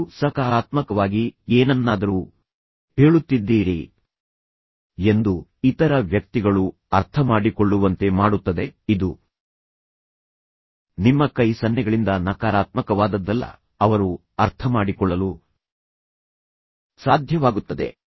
ನೀವು ಸಕಾರಾತ್ಮಕವಾಗಿ ಏನನ್ನಾದರೂ ಹೇಳುತ್ತಿದ್ದೀರಿ ಎಂದು ಇತರ ವ್ಯಕ್ತಿಗಳು ಅರ್ಥಮಾಡಿಕೊಳ್ಳುವಂತೆ ಮಾಡುತ್ತದೆ ಇದು ನಿಮ್ಮ ಕೈ ಸನ್ನೆಗಳಿಂದ ನಕಾರಾತ್ಮಕವಾದದ್ದಲ್ಲ ಅವರು ಅರ್ಥಮಾಡಿಕೊಳ್ಳಲು ಸಾಧ್ಯವಾಗುತ್ತದೆ